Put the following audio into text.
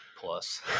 plus